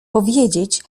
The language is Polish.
powiedzieć